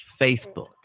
Facebook